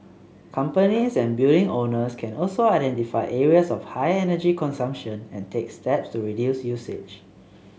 companies and building owners can also identify areas of high energy consumption and take steps to reduce usage